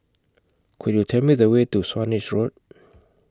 Could YOU Tell Me The Way to Swanage Road